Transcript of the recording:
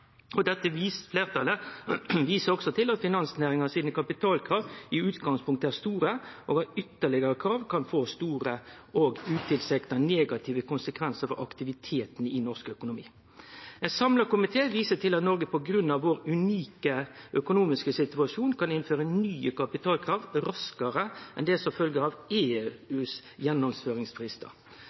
Dette fleirtalet viser også til at kapitalkrava til finansnæringa i utgangspunktet er store, og at ytterlegare krav kan få store og utilsikta negative konsekvensar for aktiviteten i norsk økonomi. Ein samla komité viser til at Noreg på grunn av sin unike økonomiske situasjon kan innføre nye kapitalkrav raskare enn det som følgjer av EUs